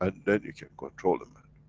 and then you can control a man.